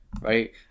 Right